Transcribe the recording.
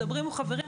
מדברים עם חברים,